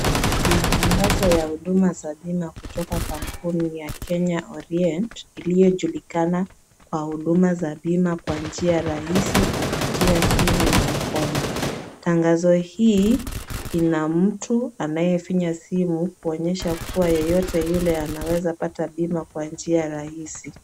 Matangazo ya huduma za bima kutoka kampuni ya Kenya Orient , iliyojulikana kwa huduma za bima kwa njia rahisi kupitia simu ya mkono. Tangazo hii ina mtu anayefinya simu, kuonyesha kuwa yeyote yule anaweza pata bima kwa njia rahisi.